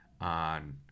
on